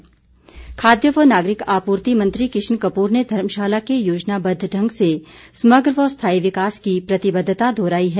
किशन कप्र खाद्य व नागरिक आपूर्ति मंत्री किशन कपूर ने धर्मशाला के योजनाबद्व ढंग से समग्र व स्थायी विकास की प्रतिबद्वता दोहराई है